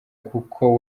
kuko